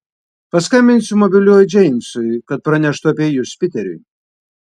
paskambinsiu mobiliuoju džeimsui kad praneštų apie jus piteriui